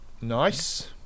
Nice